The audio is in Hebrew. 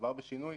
מדובר בשינוי